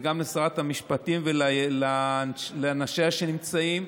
וגם לשרת המשפטים ולאנשיה שנמצאים.